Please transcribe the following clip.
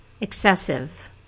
excessive